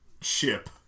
ship